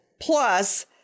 plus